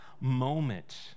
moment